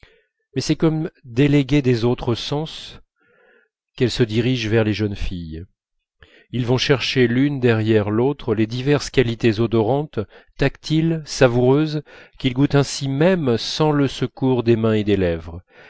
mais c'est comme déléguée des autres sens qu'elle se dirige vers les jeunes filles ils vont chercher l'une derrière l'autre les diverses qualités odorantes tactiles savoureuses qu'ils goûtent ainsi même sans le secours des mains et des lèvres